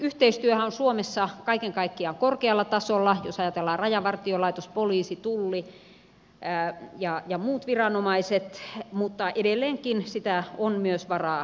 viranomaisyhteistyöhän on suomessa kaiken kaikkiaan korkealla tasolla jos ajatellaan rajavartiolaitosta poliisia tullia ja muita viranomaisia mutta edelleenkin sitä on myös varaa kehittää